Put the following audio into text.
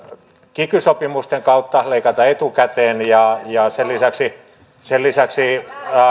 kiky sopimusten kautta leikataan etukäteen ja ja sen lisäksi sen lisäksi